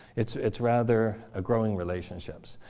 it's it's rather ah growing relationships.